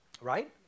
right